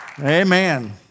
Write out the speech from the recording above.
Amen